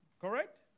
Correct